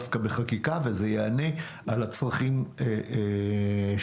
דווקא בחקיקה וזה יענה על הצרכים שלנו,